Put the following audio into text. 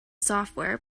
software